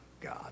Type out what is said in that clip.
God